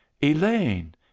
Elaine